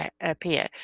appear